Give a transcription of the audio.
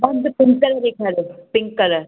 भाऊ मूंखे पिंक कलरु ॾेखारियो पिंक कलरु